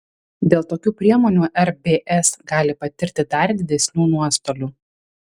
dėl tokių priemonių rbs gali patirti dar didesnių nuostolių